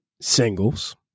singles